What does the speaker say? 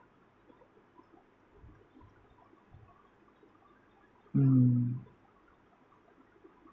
mm